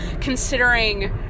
considering